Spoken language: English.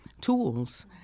tools